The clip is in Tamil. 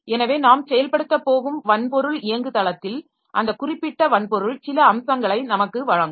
எனவே நாம் செயல்படுத்தப் போகும் வன்பொருள் இயங்குதளத்தில் அந்த குறிப்பிட்ட வன்பொருள் சில அம்சங்களை நமக்கு வழங்கும்